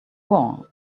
war